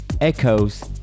echoes